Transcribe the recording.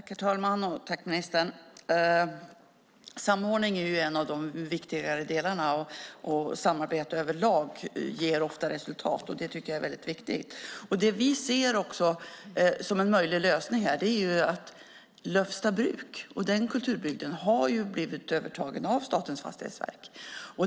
Herr talman! Jag tackar ministern för inlägget. Samordning är en av de viktigare delarna, och samarbete överlag ger ofta resultat. Det är väldigt viktigt. Det vi ser som en möjlig lösning är en samordning med Lövstabruk, som blivit övertaget av Statens fastighetsverk.